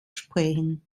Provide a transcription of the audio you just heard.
sprechen